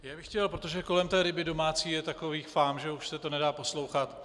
Já bych chtěl, protože kolem té ryby domácí je takových fám, že už se to nedá poslouchat.